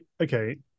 okay